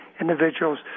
individuals